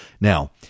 Now